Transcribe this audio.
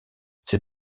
ces